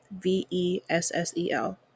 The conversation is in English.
V-E-S-S-E-L